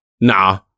nah